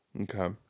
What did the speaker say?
Okay